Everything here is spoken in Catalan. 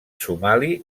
somali